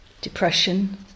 depression